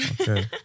okay